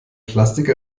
plastik